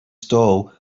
stall